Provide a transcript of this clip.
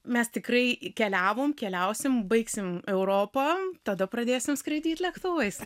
mes tikrai keliavom keliausim baigsim europą tada pradėsim skraidyt lėktuvais